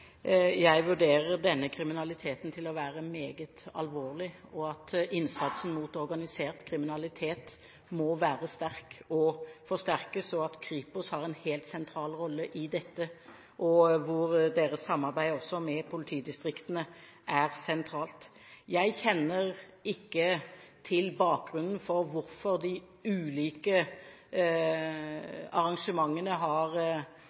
jeg vurderer denne kriminaliteten til å være meget alvorlig, at innsatsen mot organisert kriminalitet må være sterk, og må forsterkes, at Kripos har en helt sentral rolle i dette, og at deres samarbeid også med politidistriktene er sentralt. Jeg kjenner ikke til bakgrunnen for hvorfor de ulike arrangementene har